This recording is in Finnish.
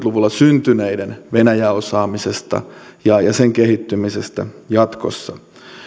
luvulla syntyneiden venäjä osaamisesta ja ja sen kehittymisestä jatkossa